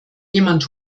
jemand